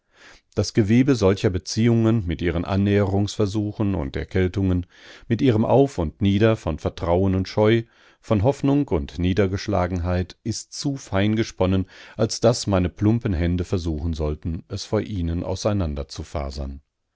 das gewebe solcher beziehungen mit ihren annäherungsversuchen und erkältungen mit ihrem auf und nieder von vertrauen und scheu von hoffnung und niedergeschlagenheit ist zu fein gesponnen als daß meine plumpen hände versuchen sollten es vor ihnen auseinanderzufasern zu